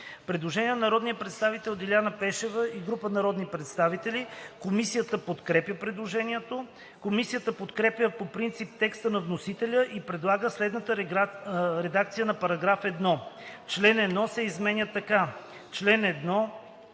Предложение на народния представител Деляна Пешева и група народни представители. Комисията подкрепя предложението Комисията подкрепя по принцип текста на вносителя и предлага следната редакция на § 1: „§1. Чл. 1. се изменя така: